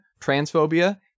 transphobia